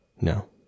No